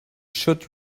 should